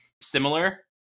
similar